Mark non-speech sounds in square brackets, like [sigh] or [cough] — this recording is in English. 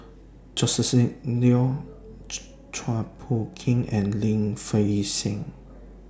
Joscelin Neo [unintelligible] Chua Phung Kim and Lim Fei Shen